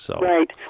Right